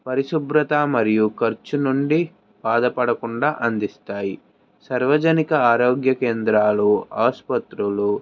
పరిశుభ్రత మరియు ఖర్చు నుండి బాధపడకుండా అందిస్తాయి సర్వజనిక ఆరోగ్య కేంద్రాలు ఆసుపత్రులు